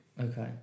Okay